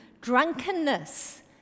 drunkenness